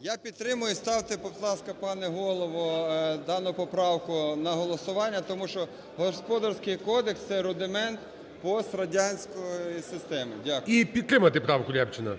Я підтримую, ставте, будь ласка, пане Голово, дану поправку на голосування, тому що Господарський кодекс – це рудимент пострадянської системи. Дякую. ГОЛОВУЮЧИЙ. І підтримати правку Рябчина.